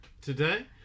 today